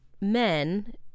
men